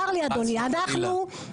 צר לי אדוני, אנחנו --- חס וחלילה.